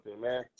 man